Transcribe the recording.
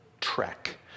trek